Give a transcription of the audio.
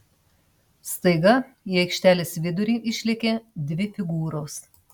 staiga į aikštelės vidurį išlėkė dvi figūros